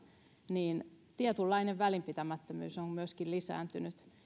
niin tietynlainen välinpitämättömyys on myöskin lisääntynyt